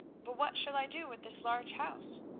but what shall i do with this large house?